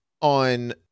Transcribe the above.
on